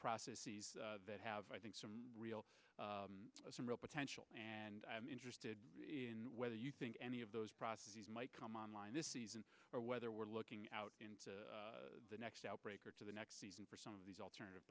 process that have i think some real some real potential and i'm interested in whether you think any of those processes might come online this season or whether we're looking out in the next outbreak or to the next season for some of these alternative